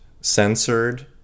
censored